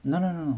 no no no